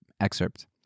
excerpt